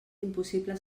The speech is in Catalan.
impossible